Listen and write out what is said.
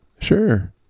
Sure